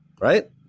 Right